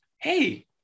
Hey